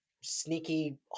sneaky